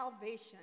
salvation